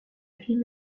film